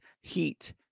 heat